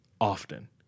often